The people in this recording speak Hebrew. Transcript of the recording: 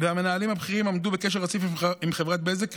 והמנהלים בכירים עמדו בקשר רציף עם חברת בזק,